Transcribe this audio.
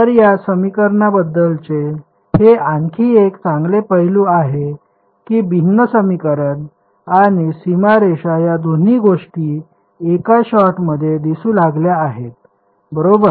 तर या समीकरणाबद्दलचे हे आणखी एक चांगले पैलू आहे की भिन्न समीकरण आणि सीमारेषा या दोन्ही गोष्टी एकाच शॉटमध्ये दिसू लागल्या आहेत बरोबर